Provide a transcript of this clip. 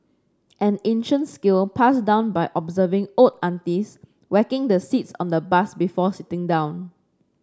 an ancient skill passed down by observing old aunties whacking the seats on the bus before sitting down